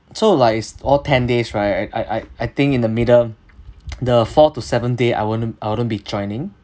so like is all ten days right I I I I think in the middle the four to seven day I wouldn't I wouldn't be joining